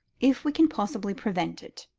if we can possibly prevent it,